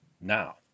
now